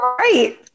right